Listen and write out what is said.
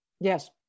yes